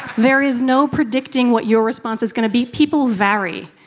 there is no predicting what your response is going to be. people vary.